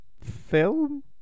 film